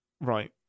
Right